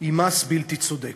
היא מס בלתי צודק.